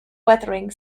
weathering